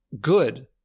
good